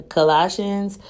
Colossians